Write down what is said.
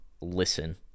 listen